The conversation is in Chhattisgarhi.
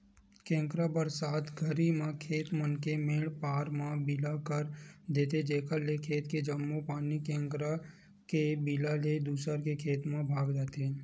केंकरा बरसात घरी म खेत मन के मेंड पार म बिला कर देथे जेकर ले खेत के जम्मो पानी केंकरा के बिला ले दूसर के खेत म भगा जथे